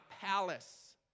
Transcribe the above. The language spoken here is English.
palace